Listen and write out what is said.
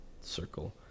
circle